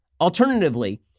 Alternatively